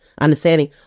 understanding